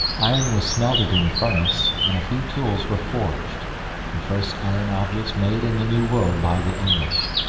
iron was smelted in the furnace, and a few tools were forged the first iron objects made in the new world by the english.